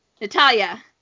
Natalia